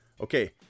Okay